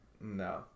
No